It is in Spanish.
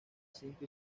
cinco